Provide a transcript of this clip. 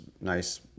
nice